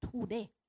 today